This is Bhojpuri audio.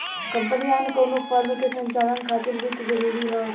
कंपनी या अन्य कउनो फर्म के संचालन खातिर वित्त जरूरी हौ